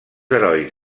herois